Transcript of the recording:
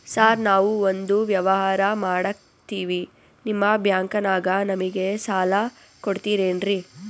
Sir ನಾವು ಒಂದು ವ್ಯವಹಾರ ಮಾಡಕ್ತಿವಿ ನಿಮ್ಮ ಬ್ಯಾಂಕನಾಗ ನಮಿಗೆ ಸಾಲ ಕೊಡ್ತಿರೇನ್ರಿ?